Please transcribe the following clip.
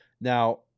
now